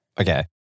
Okay